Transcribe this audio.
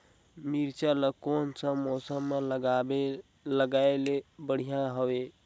मिरचा ला कोन सा मौसम मां लगाय ले बढ़िया हवे